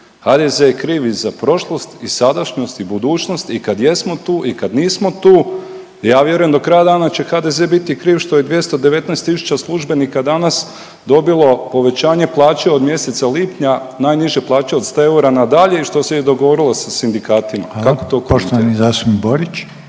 HDZ je kriv i za prošlost i sadašnjost i budućnost i kad jesmo tu i kad nismo tu. Ja vjerujem do kraja dana će HDZ biti kriv što je 219 tisuća službenika danas dobilo povećanje plaće od mjeseca lipnja, najniže plaće od 100 eura na dalje i što je i dogovorilo sa sindikatima. …/Upadica: